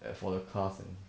neh for the class and